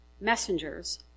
messengers